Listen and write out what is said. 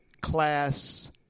class